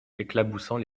éclaboussant